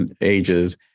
ages